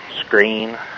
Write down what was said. screen